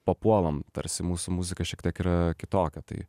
papuolam tarsi mūsų muzika šiek tiek yra kitokia tai